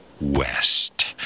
West